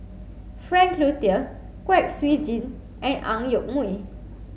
Frank Cloutier Kwek Siew Jin and Ang Yoke Mooi